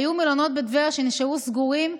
היו מלונות בטבריה שנשארו סגורים,